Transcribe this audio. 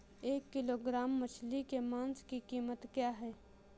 एक किलोग्राम मछली के मांस की कीमत क्या है?